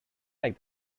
like